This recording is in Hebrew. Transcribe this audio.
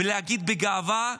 ולהגיד בגאווה: